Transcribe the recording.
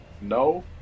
no